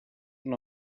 und